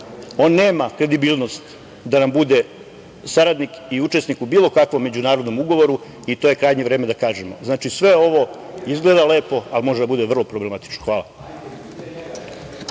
on nema kredibilnost da nam bude saradnik i učesnik u bilo kakvom međunarodnom ugovoru i to je krajnje vreme da kažemo. Znači, sve ovo izgleda lepo, ali može da bude vrlo problematično. Hvala.